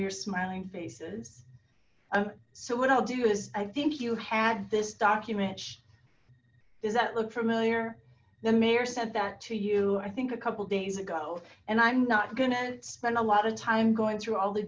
your smiling faces so what i'll do is i think you had this document does that look familiar the mayor said that to you i think a couple days ago and i'm not gonna spend a lot of time going through all the